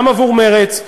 גם עבור מרצ,